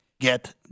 get